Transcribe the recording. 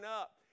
up